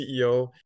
CEO